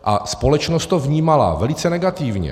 A společnost to vnímala velice negativně.